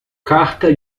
carta